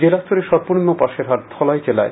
জেলা স্তরে সর্বনিম্ন পাশের হার ধলাই জেলায়